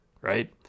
right